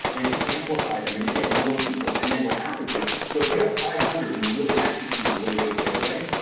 and to amplify them and to get more people. and then, what happens is, so if you have five hundred and you really execute a really good giveaway,